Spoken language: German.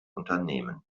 unternehmen